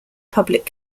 public